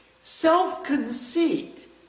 self-conceit